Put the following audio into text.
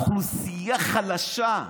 אוכלוסייה חלשה.